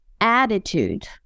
attitude